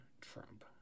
Trump